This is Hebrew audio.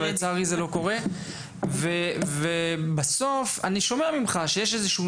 אבל לצערי זה לא קורה ובסוף אני שומע ממך גל שיש איזשהו